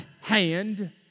hand